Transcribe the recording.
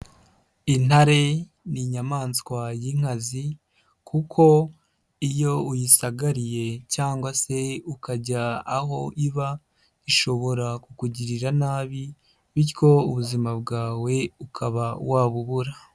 Intare ni inyamaswa y'inkazi kuko iyo uyisagariye cyangwa se ukajya aho iba ishobora kukugirira nabi, bityo ubuzima bwawe ukaba wabubura.